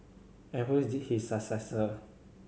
and who is his successor